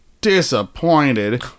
Disappointed